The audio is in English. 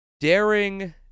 daring